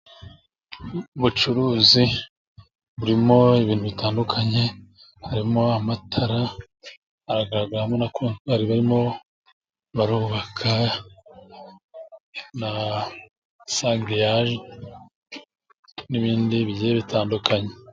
Ubucuruzi burimo ibintu bitandukanye harimo amatara haragaragaramo na kontwari. Barimo barubaka na sagereyaje n'ibindi bigiye bitandukanye.